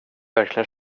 verkligen